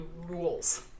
rules